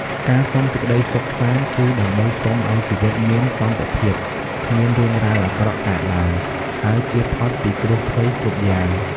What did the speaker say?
ការសុំសេចក្តីសុខសាន្ត គឺដើម្បីសុំឱ្យ ជីវិតមានសន្តិភាព គ្មាន រឿងរ៉ាវអាក្រក់កើតឡើង ហើយ ចៀសផុតពីគ្រោះភ័យ គ្រប់យ៉ាង។